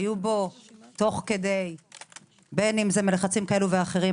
היו בו תוך כדי בין אם זה מלחצים כאלה ואחרים,